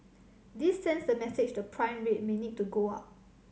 this sends the message the prime rate may need to go up